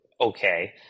okay